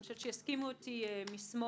אני חושבת שיסכימו אתי משמאל,